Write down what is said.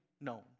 known